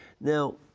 Now